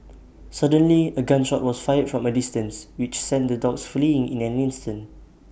suddenly A gun shot was fired from A distance which sent the dogs fleeing in an instant